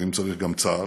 ואם צריך גם צה"ל,